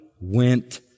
went